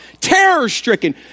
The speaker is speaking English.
terror-stricken